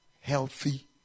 healthy